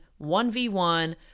1v1